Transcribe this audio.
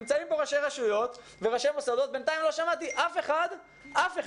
נמצאים פה ראשי רשויות וראשי מוסדות בינתיים לא שמעתי אף אחד שתומך,